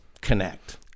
connect